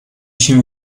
się